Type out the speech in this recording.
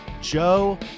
Joe